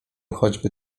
choćby